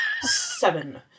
seven